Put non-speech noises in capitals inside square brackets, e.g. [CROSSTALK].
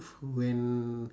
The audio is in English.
[NOISE] when